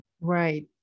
Right